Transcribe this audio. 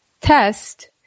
test